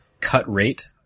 cut-rate